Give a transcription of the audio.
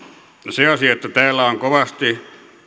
se asia että täällä kovasti